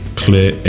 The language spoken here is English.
clear